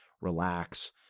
relax